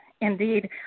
indeed